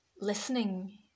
listening